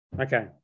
Okay